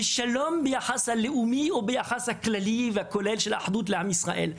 ושלום היה היחס הלאומי והיחס הכללי שלו לאחדות עם ישראל.